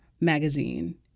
magazine